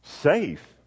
Safe